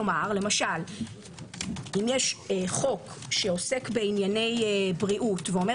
כלומר למשל אם יש חוק שעוסק בענייני בריאות ואומר